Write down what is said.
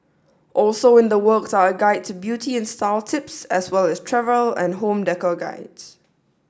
also in the works are a guide to beauty and style tips as well as travel and home decor guides